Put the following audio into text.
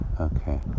okay